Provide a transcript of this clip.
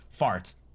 farts